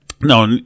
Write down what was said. no